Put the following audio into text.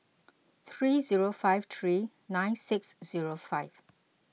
three zero five three nine six zero five